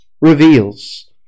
reveals